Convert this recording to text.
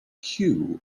queue